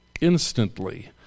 instantly